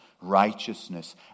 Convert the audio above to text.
righteousness